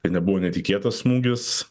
nebuvo netikėtas smūgis